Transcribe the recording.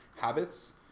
habits